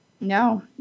no